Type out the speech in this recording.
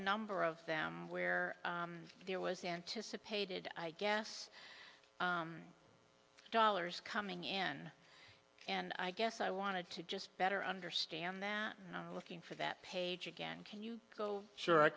number of them where there was anticipated i guess dollars coming in and i guess i wanted to just better understand that looking for that page again can you go sure i